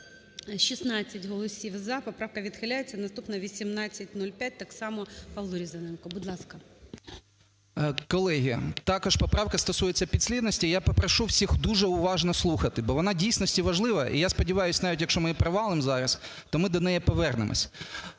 16 голосів "за". Поправка відхиляється. Наступна 1805, так само, Павло Різаненко, будь ласка. 13:40:35 РІЗАНЕНКО П.О. Колеги, також поправка стосується підслідності, я попрошу всіх дуже уважно слухати, бо вона в дійсності важлива і, я сподіваюся, навіть, якщо ми її провалимо зараз, то ми до неї повернемося.